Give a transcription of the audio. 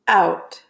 out